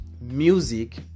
music